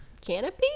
Canopy